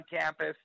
campus